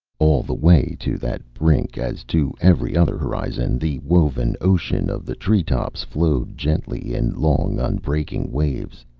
all the way to that brink, as to every other horizon, the woven ocean of the treetops flowed gently in long, unbreaking waves,